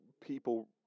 people